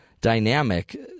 dynamic